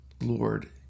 Lord